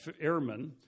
airmen